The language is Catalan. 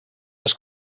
les